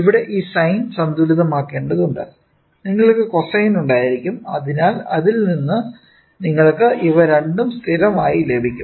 ഇവിടെ ഈ സൈൻ സന്തുലിതമാക്കേണ്ടതുണ്ട് നിങ്ങൾക്ക് കോസൈൻ ഉണ്ടായിരിക്കും അതിനാൽ അതിൽ നിന്ന് നിങ്ങൾക്ക് ഇവ രണ്ടും സ്ഥിരമായി ലഭിക്കും